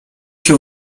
się